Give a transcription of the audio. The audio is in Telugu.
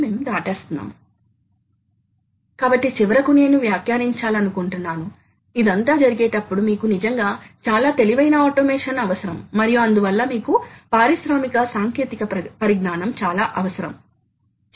దాని యొక్క ప్రధాన ప్రయోజనాలు మరియు ప్రధాన కారణాలను పేర్కొనండి ఈ ప్రయోజనాలు ఉత్పన్నమయ్యే ప్రధాన సాంకేతిక కారణాలు పేర్కొనండి